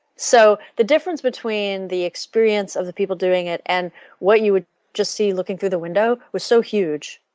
so the difference between the experience of the people doing it and what you would just see looking through the window was so huge.